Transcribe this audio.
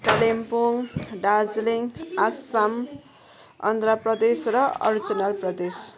कालिम्पोङ दार्जिलिङ आसाम आन्द्र प्रदेश र अरुणाचल प्रदेश